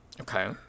Okay